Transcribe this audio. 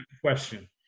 question